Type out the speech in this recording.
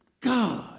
God